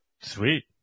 Sweet